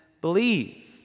believe